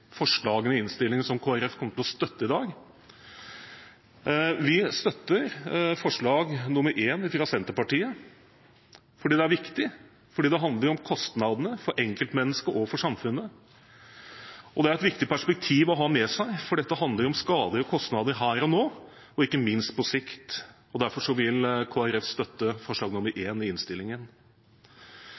forslagene i innstillingen som Kristelig Folkeparti kommer til å støtte i dag. Vi støtter forslag nr. 1, fra Senterpartiet, fordi det er viktig. Det handler om kostnadene for enkeltmennesket og for samfunnet. Det er et viktig perspektiv å ha med seg, for dette handler om skader og kostnader her og nå, og ikke minst på sikt. Derfor vil Kristelig Folkeparti støtte forslag nr. 1 i innstillingen.